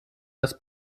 das